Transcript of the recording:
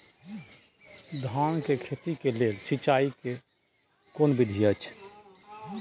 धान के खेती के लेल सिंचाई कैर केना विधी अछि?